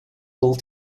will